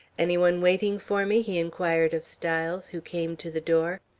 any one waiting for me? he inquired of styles, who came to the door.